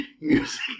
music